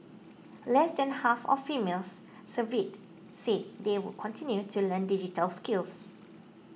less than half of females surveyed said they would continue to learn digital skills